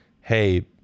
hey